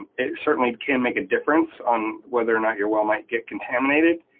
it certainly can make a difference on whether or not your well might get contaminated,